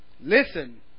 Listen